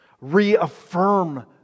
reaffirm